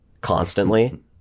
constantly